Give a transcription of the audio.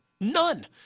None